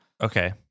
Okay